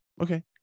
Okay